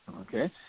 okay